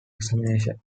examination